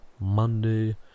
Monday